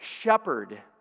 shepherd